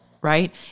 right